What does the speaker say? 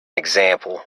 example